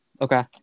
Okay